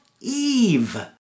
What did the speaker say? Eve